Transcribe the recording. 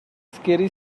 scary